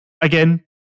again